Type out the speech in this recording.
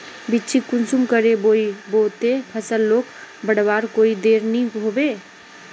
बिच्चिक कुंसम करे बोई बो ते फसल लोक बढ़वार कोई देर नी होबे?